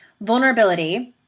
vulnerability